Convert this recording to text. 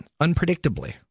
Unpredictably